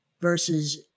versus